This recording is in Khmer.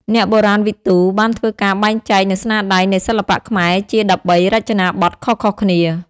អ្នកបុរាណវិទូ បានធ្វើការបែងចែកនូវស្នាដៃនៃសិល្បៈខ្មែរជា ១៣ រចនាបថខុសៗគ្នា។